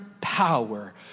power